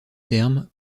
terme